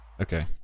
Okay